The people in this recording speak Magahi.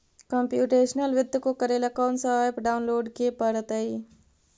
कंप्युटेशनल वित्त को करे ला कौन स ऐप डाउनलोड के परतई